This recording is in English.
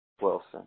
Wilson